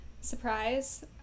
surprise